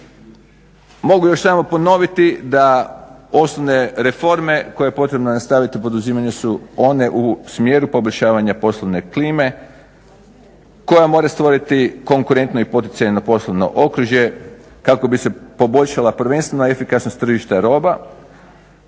Mogu još samo ponoviti da osnovne reforme koje je potrebno nastaviti poduzimane su one u smjeru poboljšavanja poslovne klime koja mora stvoriti konkurentno i poticajno poslovno okružje kako bi se poboljšala prvenstvena efikasnost tržišta i roba